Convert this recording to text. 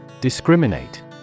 Discriminate